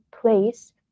place